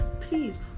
please